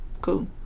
cool